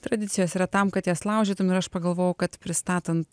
tradicijos yra tam kad jas laužytum ir aš pagalvojau kad pristatant